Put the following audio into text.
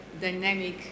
dynamic